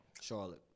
Charlotte